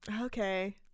Okay